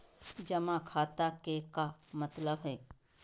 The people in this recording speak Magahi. जमा खाता के का मतलब हई?